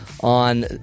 on